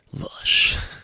Lush